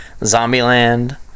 Zombieland